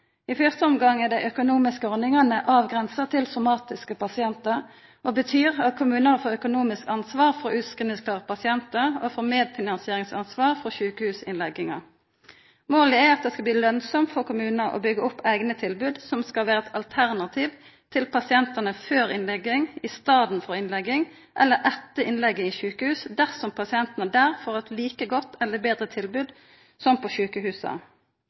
I fyrste omgang er dei økonomiske ordningane avgrensa til somatiske pasientar, og det betyr at kommunane får økonomisk ansvar for utskrivingsklare pasientar og medfinansieringsansvar for sjukehusinnlegginga. Målet er at det skal bli lønsamt for kommunane å byggja opp eigne tilbod som skal vera eit alternativ til pasientane før innlegging, i staden for innlegging, eller etter innlegging på sjukehus, dersom pasientane der får eit like godt eller betre tilbod som på sjukehusa.